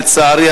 לצערי,